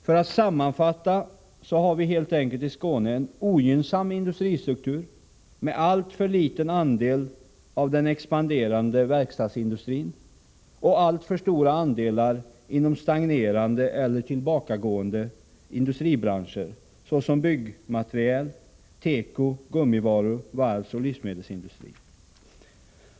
För att sammanfatta, har vi helt enkelt i Skåne en ogynnsam industristruktur med en alltför liten andel av den expanderande verkstadsindustrin och alltför stora andelar inom stagnerande eller tillbakagående industribranscher såsom byggmaterial-, teko-, gummivaru-, varvsoch livmedelsindustri.